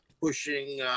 pushing